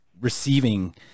receiving